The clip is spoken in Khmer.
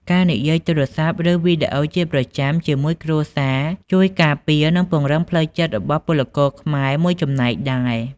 ការនិយាយទូរស័ព្ទ ឬវីដេអូជាប្រចាំជាមួយគ្រួសារជួយការពារ និងពង្រឹងផ្លូវចិត្តរបស់ពលករខ្មែរមួយចំណែកដែរ។